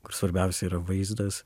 kur svarbiausia yra vaizdas